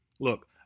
Look